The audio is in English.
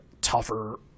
tougher